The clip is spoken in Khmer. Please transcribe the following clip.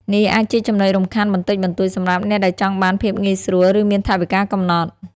នេះអាចជាចំណុចរំខានបន្តិចបន្តួចសម្រាប់អ្នកដែលចង់បានភាពងាយស្រួល ឬមានថវិកាកំណត់។